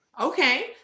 Okay